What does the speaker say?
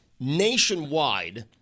nationwide